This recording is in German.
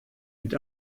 mit